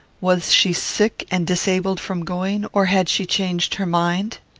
was she sick and disabled from going, or had she changed her mind?